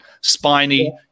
Spiny